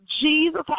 Jesus